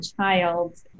child